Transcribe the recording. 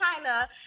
china